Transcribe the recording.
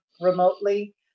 remotely